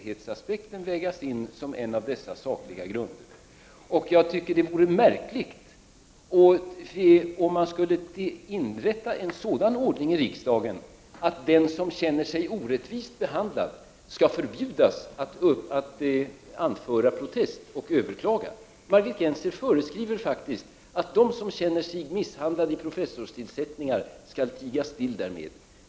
Den skall också vägas in som en av dessa sakliga grunder. Det vore märkligt, om man i riksdagen skulle inrätta en sådan ordning att den som känner sig orättvist behandlad skall förbjudas att anföra protest och överklaga. Margit Gennser föreskriver faktiskt att de som känner sig misshandlade vid professorstillsättningar skall tiga still därmed.